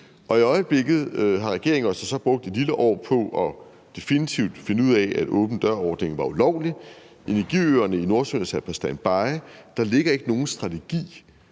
tidspunkt har regeringen så brugt et lille år på definitivt at finde ud af, at åben dør-ordningen var ulovlig, energiøerne i Nordsøen er sat på standby, og der ligger overhovedet ikke nogen strategi